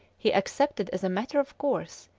he accepted as a matter of course,